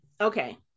okay